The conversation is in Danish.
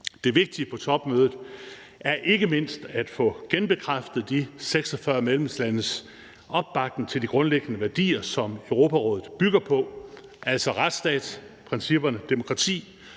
Det vigtige på topmødet er ikke mindst at få genbekræftet de 46 medlemslandes opbakning til de grundlæggende værdier, som Europarådet bygger på, altså retsstatsprincipperne, demokrati